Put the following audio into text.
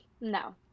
No